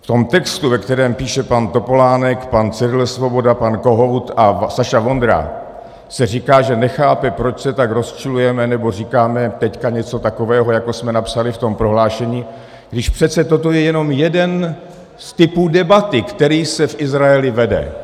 V tom textu, který píše pan Topolánek, pan Cyril Svoboda, pan Kohout a Saša Vondra, se říká, že nechápou, proč se tak rozčilujeme nebo říkáme teď něco takového, jako jsme napsali v tom prohlášení, když přece toto je jenom jeden z typů debaty, který se v Izraeli vede.